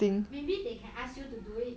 maybe they can ask you to do it